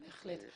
בהחלט.